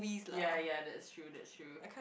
ya ya that's true that's true